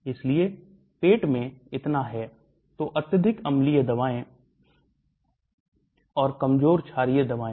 इसलिए पेट में इतना है तो अत्यधिक अम्लीय दबाएं और कमजोर छारीय दवाएं